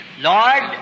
Lord